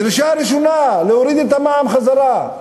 הדרישה הראשונה, להוריד את המע"מ חזרה,